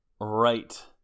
Right